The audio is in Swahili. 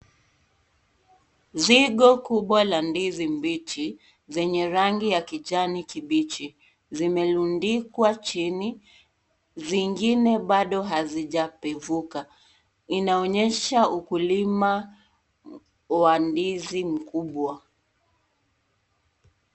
Zigo kubwa la ndizi mbichi zenye rangi ya kijani kibichi zimelundikwa chini, zingine bado hazijapevuka. Inaonyesha ukulima wa ndizi mkubawa.